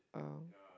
oh